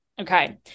Okay